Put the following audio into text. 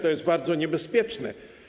To jest bardzo niebezpieczne.